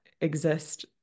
exist